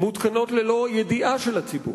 מותקנות ללא ידיעה של הציבור,